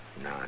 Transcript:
No